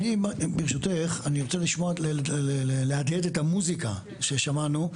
ברשותך אני רוצה להדהד את המוזיקה ששמענו,